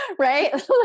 Right